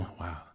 wow